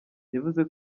yavuze